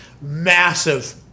Massive